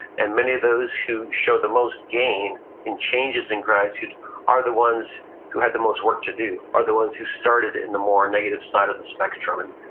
and many of those who show the most gain in changes in gratitude are the ones who had the most work to do, are the ones who started it in the more negative side of the spectrum.